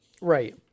Right